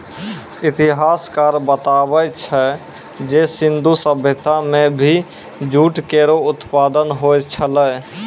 इतिहासकार बताबै छै जे सिंधु सभ्यता म भी जूट केरो उत्पादन होय छलै